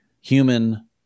human